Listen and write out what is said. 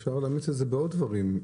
אפשר להמליץ על זה בעוד דברים.